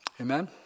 Amen